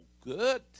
good